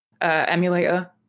emulator